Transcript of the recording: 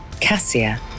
Cassia